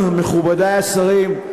מכובדי השרים,